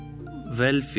Welfare